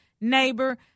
neighbor